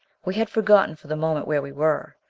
we had forgotten for the moment where we were.